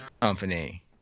company